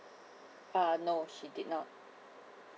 uh no she did not